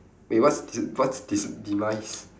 wait what's d~ what's de~ demise